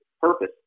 purpose